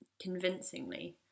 convincingly